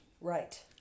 right